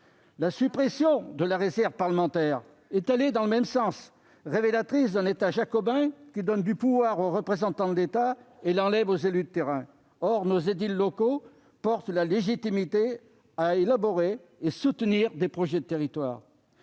La suppression de la réserve parlementaire est allée dans le même sens : elle est révélatrice d'un État jacobin, qui donne du pouvoir aux représentants de l'État et l'enlève aux élus de terrain. Or nos édiles locaux portent la légitimité à élaborer et à soutenir des projets de territoire.